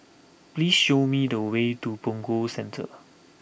please show me the way to Punggol Centre